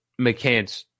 McCants